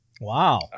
Wow